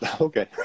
okay